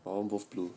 my [one] goes blue